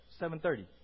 7.30